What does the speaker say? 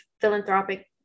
philanthropic